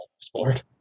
sport